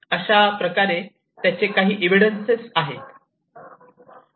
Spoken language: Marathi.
अशा प्रकारे त्याचे काही एव्हिडन्स आहेत